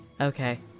Okay